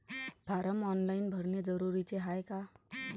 Form online भरने जरुरीचे हाय का?